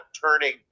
turning